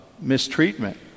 mistreatment